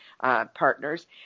partners